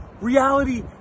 reality